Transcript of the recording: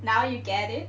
now you get it